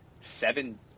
seven